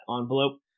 envelope